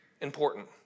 important